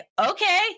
okay